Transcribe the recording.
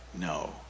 no